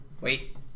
Wait